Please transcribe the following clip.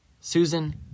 Susan